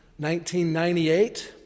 1998